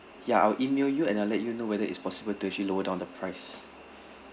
ya I'll email you and I'll let you know whether it's possible to actually lower down the price